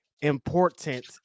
important